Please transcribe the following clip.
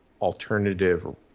alternative